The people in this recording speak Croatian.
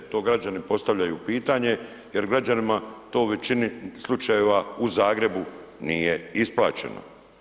To građani postavljaju pitanje jer građanima to u većini slučajeva u Zagrebu nije isplaćemo.